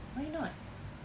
why not